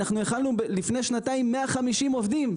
לפני שנתיים היו 150 עובדים,